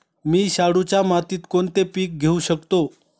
मी शाडूच्या मातीत कोणते पीक घेवू शकतो?